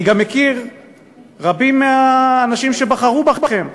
אני גם מכיר רבים מהאנשים שבחרו בכם,